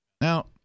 Now